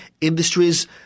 industries